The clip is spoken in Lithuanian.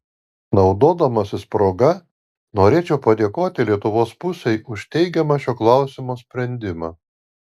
naudodamasis proga norėčiau padėkoti lietuvos pusei už teigiamą šio klausimo sprendimą